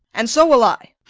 and so will i.